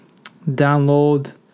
Download